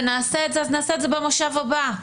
אז נעשה את זה במושב הבא.